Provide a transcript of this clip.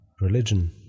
religion